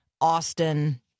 Austin